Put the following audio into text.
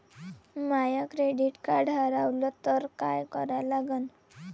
माय credit card हारवलं तर काय करा लागन?